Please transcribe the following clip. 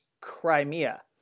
Crimea